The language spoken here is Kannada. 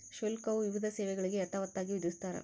ಶುಲ್ಕವು ವಿವಿಧ ಸೇವೆಗಳಿಗೆ ಯಥಾವತ್ತಾಗಿ ವಿಧಿಸ್ತಾರ